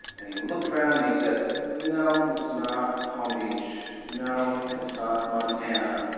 and he looked around and he said no, it's not palm beach. no, it's not montana.